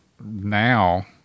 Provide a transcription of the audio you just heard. now